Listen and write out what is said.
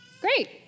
Great